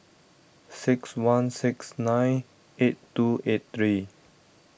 six one six nine eight two eight three